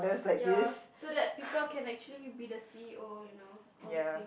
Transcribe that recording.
ya so that people can actually be the C_E_O you know all this thing